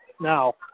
now